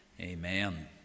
Amen